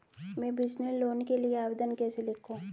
मैं business loan के लिए आवेदन कैसे लिखूँ?